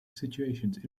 situations